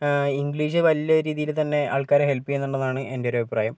English വലിയ രീതിയിൽത്തന്നെ ആൾക്കാരെ ഹെൽപ്പ് ചെയ്യുന്നുണ്ടെന്നാണ് എൻ്റെ ഒരഭിപ്രായം